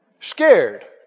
Scared